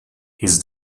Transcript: his